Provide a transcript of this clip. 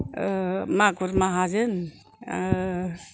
मागुर माहाजोन